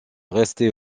restait